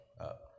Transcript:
up